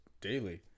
daily